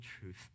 truth